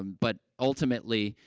um but, ultimately,